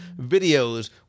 videos